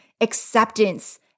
acceptance